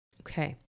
Okay